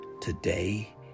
Today